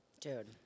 Dude